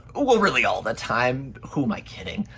ah well really all the time, who am i kidding?